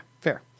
Fair